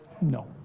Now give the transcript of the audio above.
No